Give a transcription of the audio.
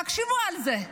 תחשבו על זה: